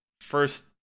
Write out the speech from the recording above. first